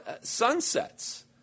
Sunsets